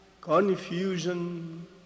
confusion